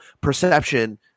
perception